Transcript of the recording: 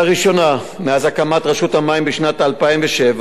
לראשונה מאז הקמת רשות המים בשנת 2007,